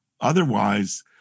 otherwise